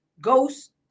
Ghost